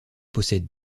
possède